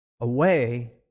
away